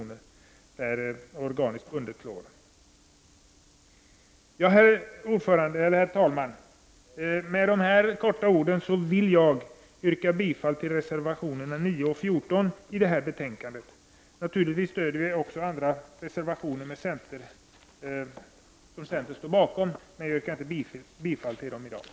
per kg organiskt bundet klor. Herr talman! Med dessa få ord vill jag yrka bifall till reservationerna 9 och 14 till betänkandet. Naturligtvis stöder vi också de andra reservationerna som centern står bakom, men jag yrkar inte bifall till dem i dag.